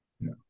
No